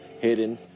hidden